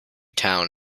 town